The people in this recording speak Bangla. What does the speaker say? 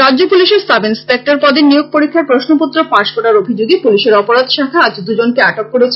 রাজ্য পুলিশের সাব ইন্সপেক্টর পদে নিয়োগ পরীক্ষার প্রশ্নপত্র ফাঁস করার অভিযোগে পুলিশের অপরাধ শাখা আজ দুজনকে আটক করেছে